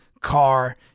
car